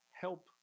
help